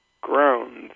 grounds